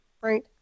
Right